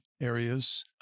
areas